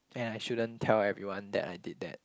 and I shouldn't tell everyone that I did that